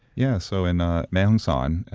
yeah so in ah mae hong son,